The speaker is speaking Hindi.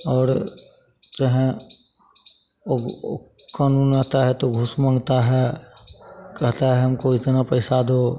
और चाहें अब ओ कानून आता है तो घूस माँगता है कहता है हमको इतना पैसा दो